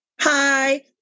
Hi